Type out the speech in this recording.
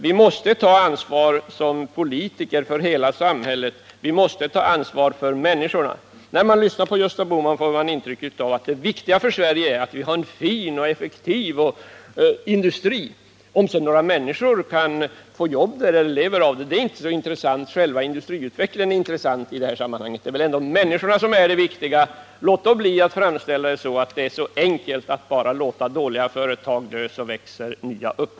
Vi måste ta ansvar som politiker för hela samhället, vi måste ta ansvar för människorna. När man lyssnar på Gösta Bohman får man ett intryck av att det viktiga för Sverige är att vi har en fin och effektiv industri. Om sedan några människor kan få jobb där eller leva av den är inte så intressant, själva industriutvecklingen är intressant i det här sammanhanget. Men det är väl ändå människorna som är det viktiga. Låt då bli att framställa det som om det vore så enkelt som att bara låta dåliga företag dö, så växer nya upp!